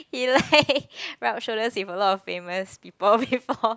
he like rub shoulders with a lot of famous people before